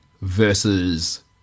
versus